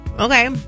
Okay